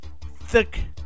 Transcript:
thick